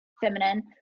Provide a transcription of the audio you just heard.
feminine